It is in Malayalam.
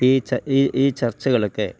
ഈ ഈ ചർച്ചകളൊക്കെ